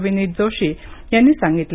विनीत जोशी यांनी सांगितलं